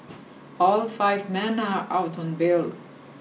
all five men are out on bail